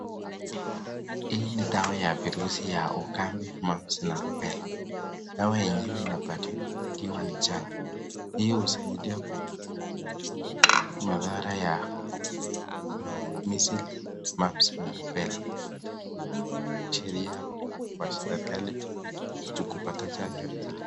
Hii ni dawa ya virusi ya ukambi, mumps na Rubella. Dawa yenyewe inapatiwana ikiwa ni chanjo. Hii husaidia kupunguza madhara ya Measles Mumps na Rubella. Hii ni sheria kutoka kwa serikali, kupata chanjo ili